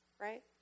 right